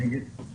ולגבי